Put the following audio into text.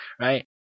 right